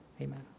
Amen